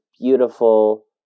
beautiful